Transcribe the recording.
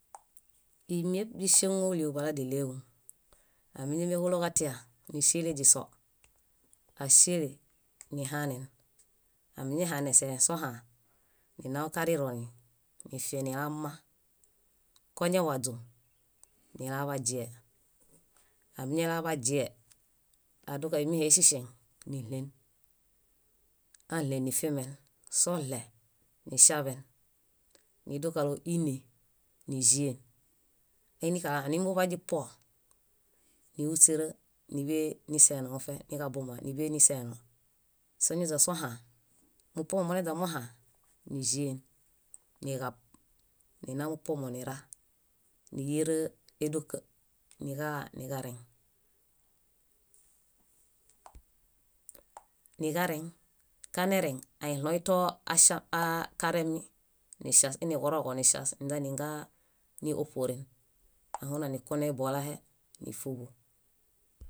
Ímieb źíŝeŋuolio baladiɭeġu. Ámiñamehuloġatia niŝiele źiso, áŝiele nihaanen, añihaanen sẽhe sohã, nanau karironi nifienilamma. Koñawaźu, nilaḃaźie. Amiñalaḃaźie, adukaɭo ímiehe iŝiŝeŋ, niɭeŋ, aɭeŋ nifimen, soɭe niŝaḃen, nidukaɭo ínee níĵien. Inikaɭo aniḃaźipuo, níhusera níḃe niseeno mofe, niġabuma níḃe niseeno. Soñaźsohã, mupuomo moñaźamohã níĵien, niġab, nina mupuomo nira, níyiera édoka niġareŋ, niġareŋ. Kañareŋ, aiɭõy too- aŝa- aa- karemi, niŝas iniġuroġom niŝas niźaniġaa ni- óṗuoren. Ahuneu nikunen ibolahe nífubu.